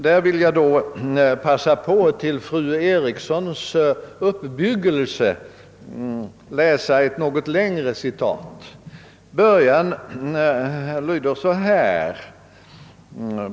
Där vill jag då till fru Erikssons uppbyggelse läsa ett något längre citat.